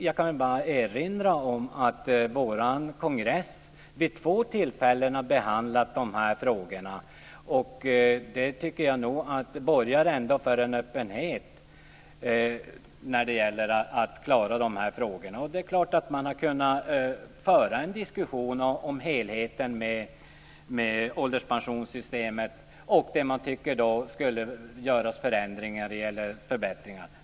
Jag kan erinra om att vårt parti vid två tillfällen har kongressbehandlat dessa frågor. Det tycker jag nog borgar för en öppenhet när det gäller att klara de här frågorna. Det är klart att man har kunnat föra en diskussion om helheten vad gäller ålderspensionssystemet och där man tycker att det skulle göras förändringar eller förbättringar.